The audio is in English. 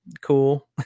Cool